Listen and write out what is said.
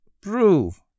prove